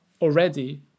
already